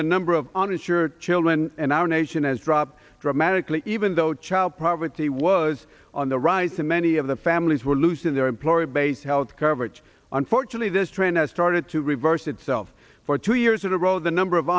the number of uninsured children in our nation has dropped dramatically even though child poverty was on the rise and many of the families were losing their employer based health coverage unfortunately this trend has started to reverse itself for two years in a row the number of